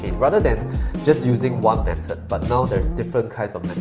and rather than just using one method but now there's different kinds of